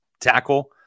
tackle